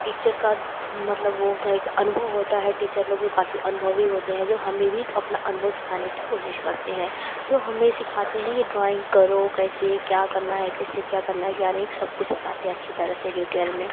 teacher का मतलब वह होता है कि अनुभव होता है टीचर लोग काफ़ी अनुभवी होते हैं जो हमें भी अपना अनुभव सिखाने की कोशिश करते हैं जो हमें सिखाते हैं कि ड्राइंग करो कैसे क्या करना है कैसे क्या करना हैं क्या नहीं सब कुछ बताते हैं अच्छी तरह से डिटेल में